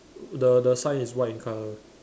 the the sign is white in color